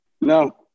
No